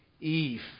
Eve